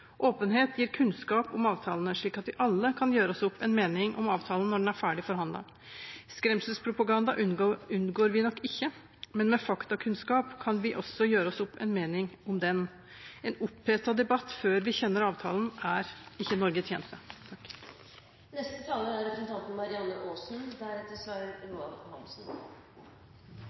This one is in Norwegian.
Åpenhet gir kunnskap om avtalene, slik at vi alle kan gjøre oss opp en mening om avtalen når den er ferdig forhandlet. Skremselspropaganda unngår vi nok ikke, men med faktakunnskap kan vi også gjøre oss opp en mening om den. En opphetet debatt før vi kjenner avtalen, er ikke Norge tjent med. Jeg har sittet i EØS-EFTA-delegasjonen – dette er